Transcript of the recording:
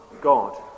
God